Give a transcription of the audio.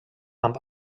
amb